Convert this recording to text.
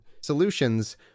solutions